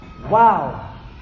Wow